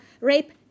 rape